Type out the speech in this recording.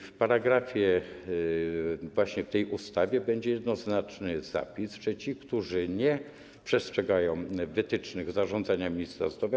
W paragrafie właśnie w tej ustawie będzie jednoznaczny zapis dotyczący tych, którzy nie przestrzegają wytycznych zarządzenia ministra zdrowia.